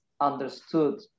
understood